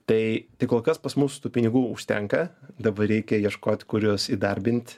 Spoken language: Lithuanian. tai tai kol kas pas mus tų pinigų užtenka dabar reikia ieškot kurios įdarbint